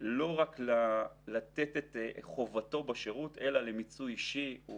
לא רק לתת את חובתו בשירות אלא למיצוי אישי.